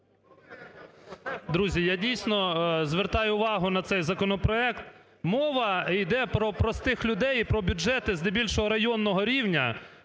Друзі, я дійсно звертаю увагу на цей законопроект. Мова іде про простих людей і про бюджети здебільшого районного рівня.